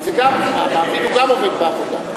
המעביד גם הוא עובד בעבודה.